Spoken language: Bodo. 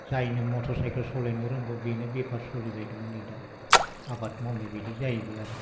जायनो मटर साइकेल सालायनो रोंगौ बेनो बेफार सालायबाय दं नै दा आबाद मावनाय बायदि जाहैबाय आरो